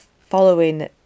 following